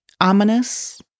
Ominous